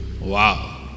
Wow